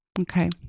Okay